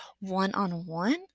one-on-one